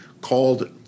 called